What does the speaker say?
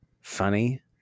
funny